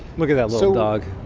look at that little dog.